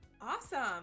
awesome